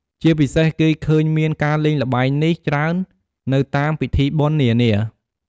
ជាពិសេស គេឃើញមានការលេងល្បែងនេះច្រើននៅតាមពិធីបុណ្យនានា។